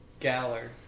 galler